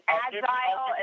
agile